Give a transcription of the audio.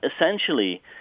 essentially